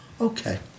Okay